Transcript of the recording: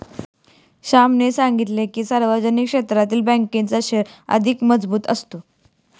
श्यामने सांगितले की, सार्वजनिक क्षेत्रातील बँकांचा शेअर अधिक मजबूत असतो